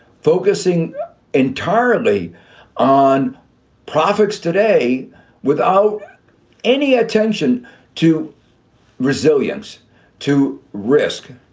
focusing entirely on profits today without any attention to resilience to risk.